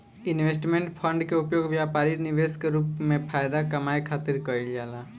investment fund के उपयोग व्यापारी निवेश के रूप में फायदा कामये खातिर कईल जाला